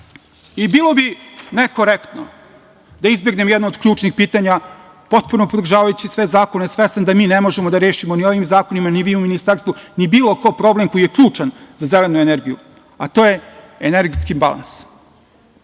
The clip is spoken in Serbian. bi nekorektno da izbegnem jedno od ključnih pitanja, potpuno podržavajući sve zakone, svestan da mi ne možemo da rešimo ni ovim zakonima ni vi u ministarstvu, ni bilo ko, problem koji je ključan za zelenu energiju, a to je energetske balans.